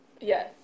yes